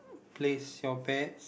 place your bets